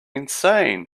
insane